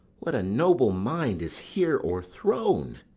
what a noble mind is here o'erthrown!